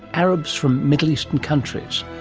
arabs from middle eastern countries,